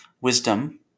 Wisdom